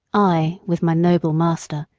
i, with my noble master,